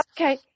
Okay